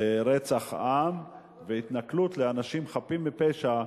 רצח עם והתנכלות לאנשים חפים מפשע,